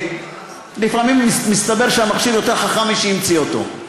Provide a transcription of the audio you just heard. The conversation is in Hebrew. לפעמים מסתבר שהמכשיר יותר חכם ממי שהמציא אותו.